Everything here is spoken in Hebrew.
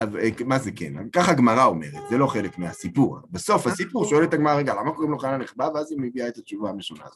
אז מה זה כן? ככה הגמרה אומרת, זה לא חלק מהסיפור. בסוף הסיפור שואל את הגמרה, רגע, למה קוראים לו חנה נכבה? ואז היא מביאה את התשובה המשונה הזאת.